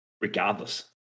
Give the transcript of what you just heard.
regardless